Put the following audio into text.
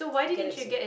galaxy